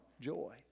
joy